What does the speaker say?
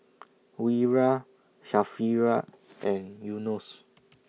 Wira Sharifah and Yunos